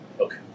Okay